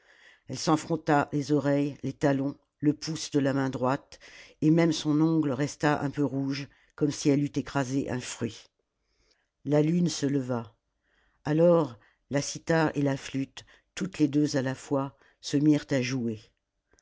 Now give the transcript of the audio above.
elle s'en frotta les oreilles les talons le pouce de la main droite et même son ongle resta un peu rouge comme si elle eut écrasé un fruit la lune se leva alors la cithare et la flûte toutes les deux à la fois se mirent à jouer